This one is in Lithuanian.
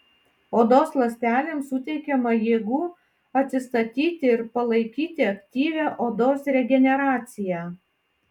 odos ląstelėms suteikiama jėgų atsistatyti ir palaikyti aktyvią odos regeneraciją